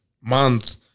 month